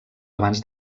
abans